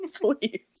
please